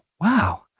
wow